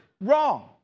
wrong